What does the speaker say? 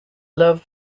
love